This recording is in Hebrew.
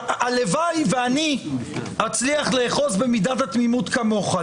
הלוואי ואצליח לאחוז במידת התמימות כמוך.